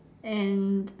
and